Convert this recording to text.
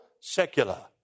secular